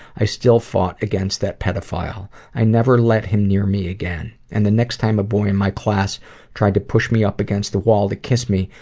i still fought against that pedophile. i never let him near me again and the next time a boy in my class tried to push me up against the wall to kiss me,